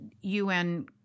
UN